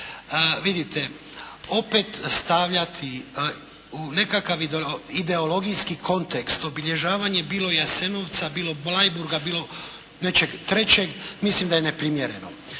Vidite opet stavljati u nekakav ideologijski kontekst obilježavanje bilo Jasenovca, bilo Bleiburga, bilo nečeg trećeg mislim da je neprimjereno.